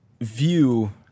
view